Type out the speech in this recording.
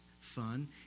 fun